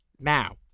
now